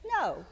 No